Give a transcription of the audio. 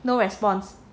no response